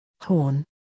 Horn